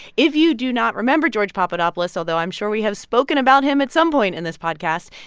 if you do not remember george papadopoulos although, i'm sure we have spoken about him at some point in this podcast.